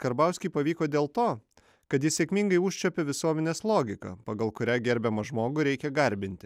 karbauskiui pavyko dėl to kad jis sėkmingai užčiuopė visuomenės logiką pagal kurią gerbiamą žmogų reikia garbinti